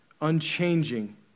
unchanging